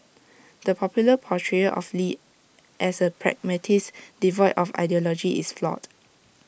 the popular portrayal of lee as A pragmatist devoid of ideology is flawed